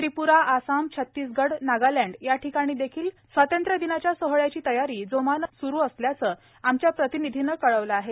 त्रिप्रा आसाम छतीसगढ नागालँड या ठिकाणी देखील स्वातंत्र्य दिनाच्या सोहळ्याची तयारी जोमानं सुरु असल्याचं आमच्या प्रतिनिधीनं कळवलं आहे